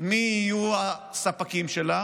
מי יהיו הספקים שלה